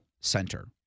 center